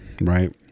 Right